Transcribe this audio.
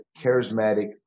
charismatic